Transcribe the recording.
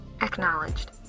Acknowledged